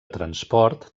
transport